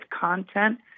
content